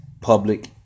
public